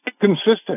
consistent